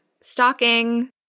stalking